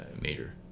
major